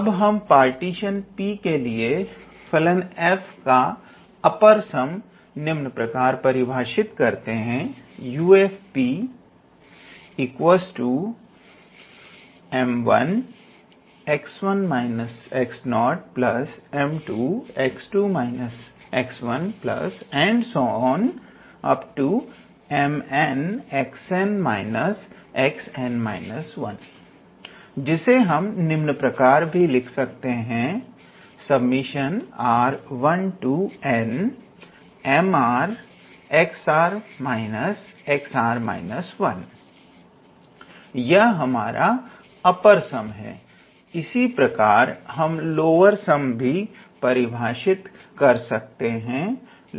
अब हम partition P के लिए फलन f का अपर सम निम्न प्रकार परिभाषित करते हैं 𝑈𝑃𝑓𝑀1𝑥1−𝑥0𝑀2𝑥2−𝑥1 𝑀𝑛𝑥𝑛−𝑥𝑛−1 जिसे हम निम्न प्रकार भी लिख सकते हैं यह हमारा अपर सम है इसी प्रकार हम लोअर सम भी परिभाषित कर सकते हैं